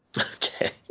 Okay